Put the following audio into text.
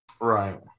Right